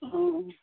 অ